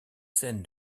scènes